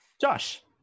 Josh